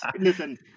listen